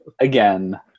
again